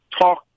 talk